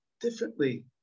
differently